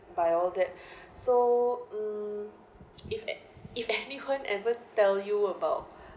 by all that so mm if an~ if anyone ever tell you about